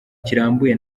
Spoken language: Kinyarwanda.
kirambuye